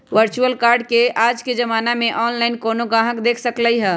virtual card के आज के जमाना में ऑनलाइन कोनो गाहक देख सकलई ह